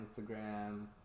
Instagram